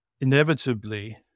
Inevitably